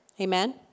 Amen